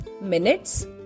minutes